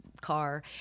car